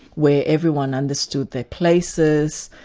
where everyone understood their places,